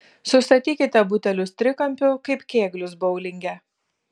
sustatykite butelius trikampiu kaip kėglius boulinge